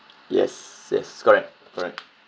yes yes correct correct